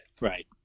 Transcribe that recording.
Right